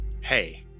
Hey